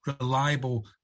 reliable